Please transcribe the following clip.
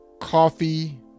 coffee